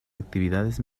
actividades